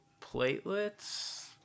platelets